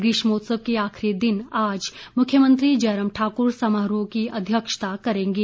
ग्रीष्मोत्सव के आखिरी दिन आज मुख्यमंत्री जयराम ठाकुर समाराह की अध्यक्षता करेंगे